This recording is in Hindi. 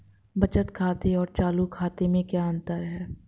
बचत खाते और चालू खाते में क्या अंतर है?